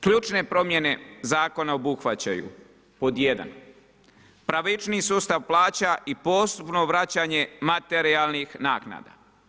Ključne promjene zakona obuhvaćaju pod jedan pravičniji sustav plaća i posebno vraćanje materijalnih naknada.